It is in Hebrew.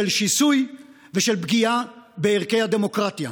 של שיסוי ושל פגיעה בערכי הדמוקרטיה.